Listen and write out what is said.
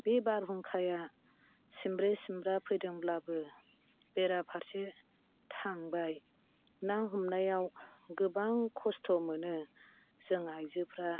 बे बारहुंखाया सिमब्रे सिमब्रा फैदोंब्लाबो बेराफारसे थांबाय ना हमनायाव गोबां खस्थ मोनो जों आयजोफ्रा